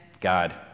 God